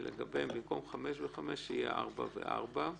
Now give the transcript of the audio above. שלגביו במקום חמש שנים וחמש שנים יהיו ארבע שנים וארבע שנים.